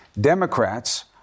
Democrats